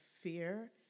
fear